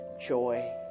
joy